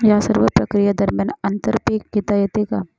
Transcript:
या सर्व प्रक्रिये दरम्यान आंतर पीक घेता येते का?